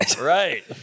right